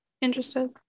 interested